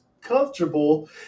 comfortable